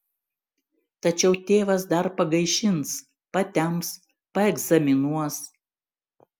tačiau tėvas dar pagaišins patemps paegzaminuos